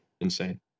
Insane